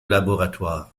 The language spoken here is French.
laboratoire